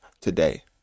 today